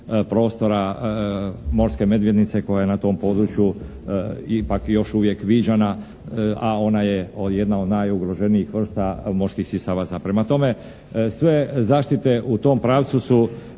prostora morske medvjedice koja na tom području ipak je još uvijek viđana, a ona je jedna od najugroženijih vrsta morskih sisavaca. Prema tome, sve zaštite u tom pravcu su